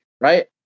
Right